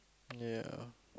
ya